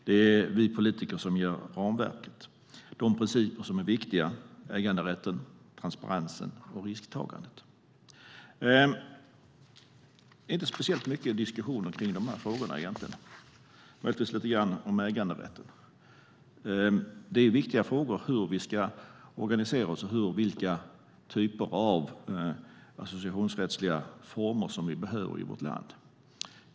Det är vi politiker som ger ramverket. De principer som är viktiga är äganderätten, transparensen och risktagandet. Det är egentligen inte speciellt mycket diskussioner kring dessa frågor, möjligtvis lite grann om äganderätten. Det är viktiga frågor hur vi ska organisera oss och vilka typer av associationsrättsliga former som vi behöver i vårt land.